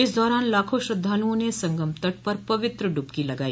इस दौरान लाखों श्रद्वालुओं ने संगम तट पर पवित्र ड्रबकी लगाई